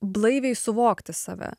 blaiviai suvokti save